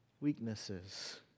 weaknesses